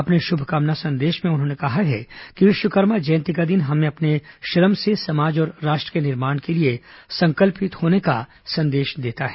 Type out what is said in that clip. अपने शुभकामना संदेश में उन्होंने कहा है कि विश्वकर्मा जयंती का दिन हमें अपने श्रम से समाज और राष्ट्र के निर्माण के लिए संकल्पित होने का संदेश देता है